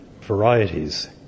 varieties